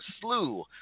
slew